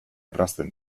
errazten